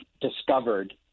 discovered